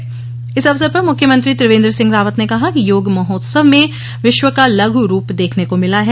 योग जारी इस अवसर पर मुख्यमंत्री त्रिवेंद्र सिंह रावत ने कहा कि योग महोत्सव में विश्व का लघु रूप देखने को मिला है